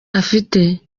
afite